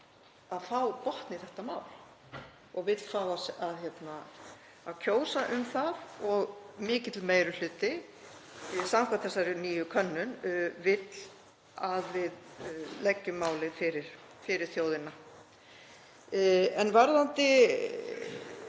að fá botn í þetta mál og hún vill fá að kjósa um það og mikill meiri hluti, samkvæmt þessari nýju könnun, vill að við leggjum málið fyrir þjóðina. Varðandi